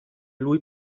lui